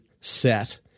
set